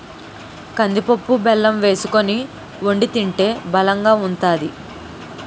కందిపప్పు బెల్లం వేసుకొని వొండి తింటే బలంగా ఉంతాది